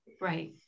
Right